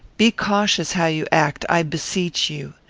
be cautious how you act, i beseech you.